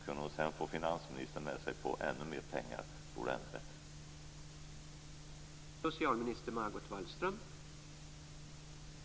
Kunde hon sedan få finansministern med sig på att avsätta ännu mer pengar vore det ännu bättre.